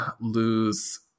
lose